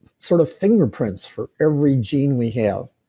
sort of fingerprints for every gene we have.